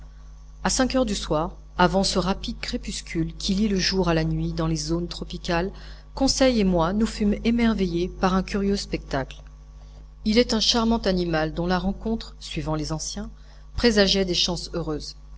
a cinq heures du soir avant ce rapide crépuscule qui lie le jour à la nuit dans les zones tropicales conseil et moi nous fûmes émerveillés par un curieux spectacle il est un charmant animal dont la rencontre suivant les anciens présageait des chances heureuses